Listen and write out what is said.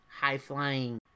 high-flying